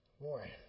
boy